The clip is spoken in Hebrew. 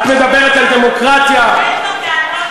השר אקוניס,